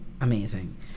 amazing